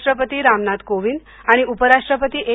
राष्ट्रपती रामनाथ कोविंद आणि उपराष्ट्रपती एम